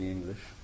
English